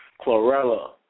Chlorella